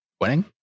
winning